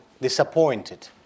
disappointed